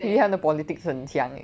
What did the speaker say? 因为他的 politics 很强 eh